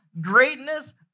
greatness